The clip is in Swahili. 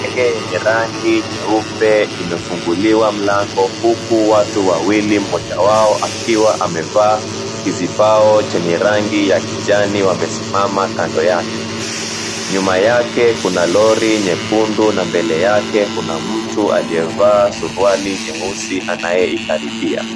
Ndege yenye rangi nyeupe imefunguliwa mlango huku watu wawili mmoja wao akiwa amevaa kizibao chenye rangi ya kijani wamesimama kando yake, nyuma yake kuna lori nyekundu na mbele yake kuna mtu aliyevaa suruali nyeusi anayeikaribia.